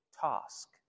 task